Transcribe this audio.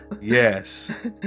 yes